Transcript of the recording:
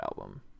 album